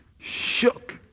shook